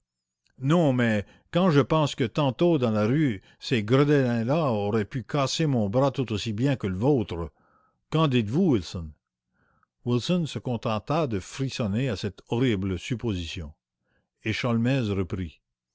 non mais quand je pense que tantôt dans la rue ces gredins-là auraient pu casser mon bras tout aussi bien que le vôtre qu'en dites-vous wilson wilson se contenta de frissonner à cette horrible supposition